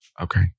Okay